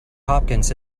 hopkins